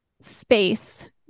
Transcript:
space